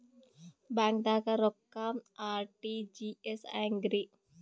ಬ್ಯಾಂಕ್ದಾಗ ರೊಕ್ಕ ಆರ್.ಟಿ.ಜಿ.ಎಸ್ ಹೆಂಗ್ರಿ?